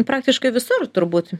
praktiškai visur turbūt